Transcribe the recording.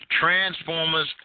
Transformers